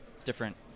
Different